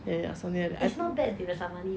ya ya ya something like